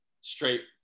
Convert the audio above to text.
straight